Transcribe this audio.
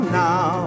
now